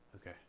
Okay